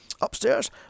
Upstairs